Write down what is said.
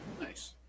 nice